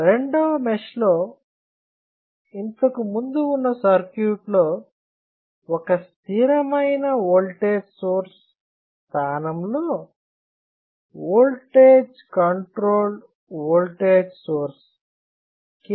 రెండవ మెష్ లో ఇంతకుముందు ఉన్న సర్క్యూట్లో ఒక స్థిరమైన ఓల్టేజ్ సోర్స్ స్థానంలో voltage control voltage source "K